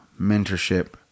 mentorship